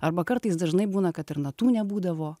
arba kartais dažnai būna kad ir natų nebūdavo